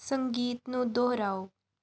ਸੰਗੀਤ ਨੂੰ ਦੁਹਰਾਓ